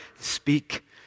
speak